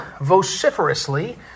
vociferously